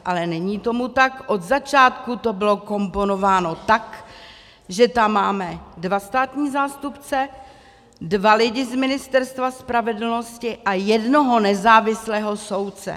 Ale není tomu tak, od začátku to bylo komponováno tak, že tam máme dva státní zástupce, dva lidi z Ministerstva spravedlnosti a jednoho nezávislého soudce.